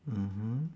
mmhmm